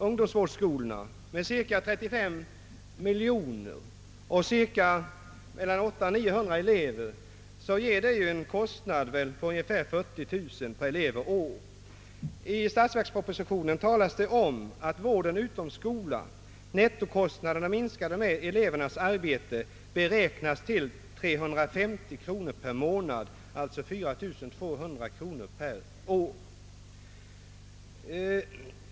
Ungdomsvårdsskolorna får cirka 35 miljoner kronor i anslag och har 800—900 elever vilket innebär en kostnad på ungefär 40 000 kronor per elev och år. I statsverkspropositionen talas det om att vården utom skolan — nettokostnaderna minskade med elevernas arbete — beräknas till 350 kronor per månad, alltså 4200 kronor per år.